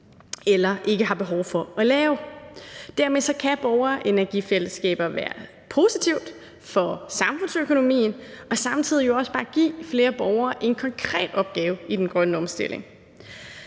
eller ikke har behov for at lave. Dermed kan borgerenergifællesskaber være positivt for samfundsøkonomien og samtidig jo også bare give flere borgere en konkret opgave i den grønne omstilling.